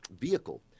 vehicle